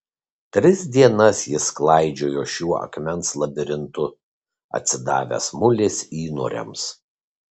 tris dienas jis klaidžiojo šiuo akmens labirintu atsidavęs mulės įnoriams